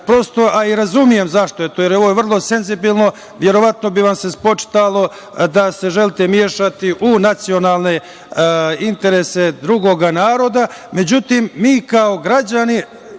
a i razumem zašto, jer je ovo vrlo senzibilno, verovatno bi vam se spočitalo da se želite mešati u nacionalne interese drugog naroda.Međutim, mi kao građani